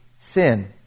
sin